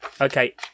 Okay